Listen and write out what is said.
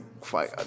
fight